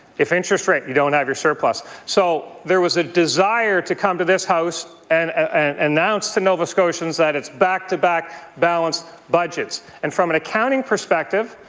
interest rates, you don't have your surplus. so there was ah desire to come to this house and announce to nova scotians that it's back-to-back balanced budgets. and from an accounting perspective,